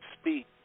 speak